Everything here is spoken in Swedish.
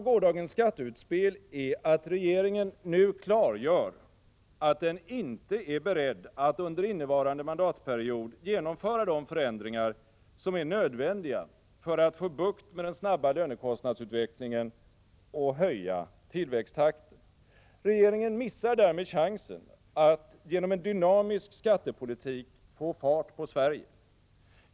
Gårdagens skatteutspel innebär att regeringen nu klargör att den inte är beredd att under innevarande mandatperiod genomföra de förändringar som är nödvändiga för att få bukt med den snabba lönekostnadsutvecklingen och höja tillväxttakten. Regeringen missar därmed chansen att genom en dynamisk skattepolitik få fart på Sverige.